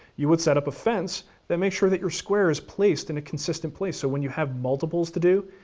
you would set up a fence that makes sure that your square is placed in a consistent place so when you have multiples to do,